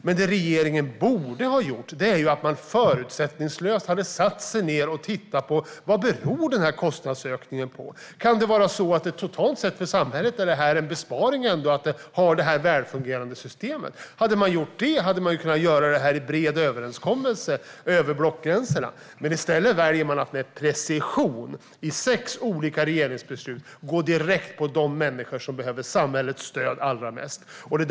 Men vad regeringen borde ha gjort är att förutsättningslöst sätta sig ned och titta på vad kostnadsökningen beror på och om det för samhället totalt sett kan vara en besparing att ha detta välfungerande system. Om man hade gjort det hade vi kunnat fatta beslut i bred överenskommelse över blockgränsen. I stället väljer man att med precision i sex olika regeringsbeslut gå direkt på de människor som behöver samhällets stöd allra mest.